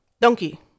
Donkey